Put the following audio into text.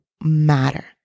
matter